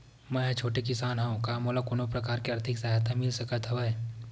मै ह छोटे किसान हंव का मोला कोनो प्रकार के आर्थिक सहायता मिल सकत हवय?